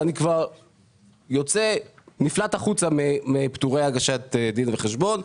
אני נפלט החוצה מפטורי הגשת דין וחשבון",